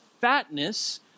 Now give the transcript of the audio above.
fatness